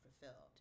fulfilled